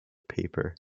paper